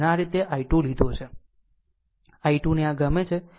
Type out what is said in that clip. આ રીતે i2 લીધો છે i2 ને આ ગમે છે